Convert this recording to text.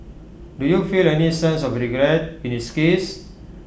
do you feel any sense of regret in his case